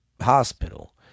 hospital